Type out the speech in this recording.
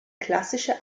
klassische